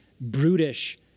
brutish